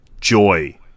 Joy